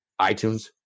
iTunes